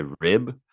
rib